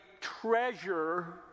treasure